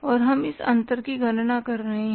और हम इस अंतर की गणना कर रहे हैं